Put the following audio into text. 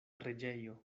reĝejo